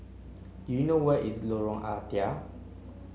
do you know where is Lorong Ah Thia